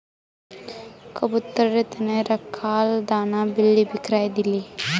कबूतरेर त न रखाल दाना बिल्ली बिखरइ दिले